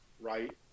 Right